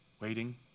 Waiting